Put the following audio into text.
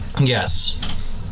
yes